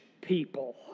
people